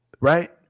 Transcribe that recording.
Right